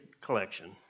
collection